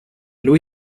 lui